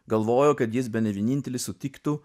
galvojo kad jis bene vienintelis sutiktų